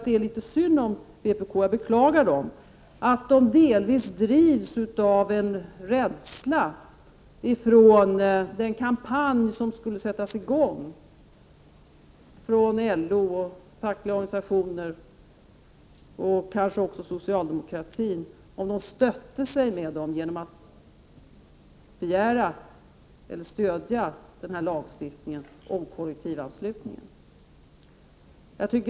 Det är litet synd om vpk — jag beklagar delvis partiet — eftersom man är rädd för den kampanj som skulle sättas i gång av LO och fackliga organisationer samt kanske också av socialdemokratin, om man gav sitt stöd åt kravet på en lagstiftning mot kollektivanslutning.